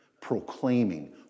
proclaiming